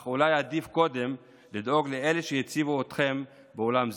אך אולי עדיף קודם לדאוג לאלה שהציבו אתכם באולם זה.